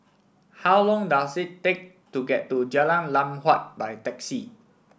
how long does it take to get to Jalan Lam Huat by taxi